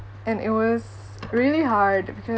and it was really hard because